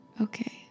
okay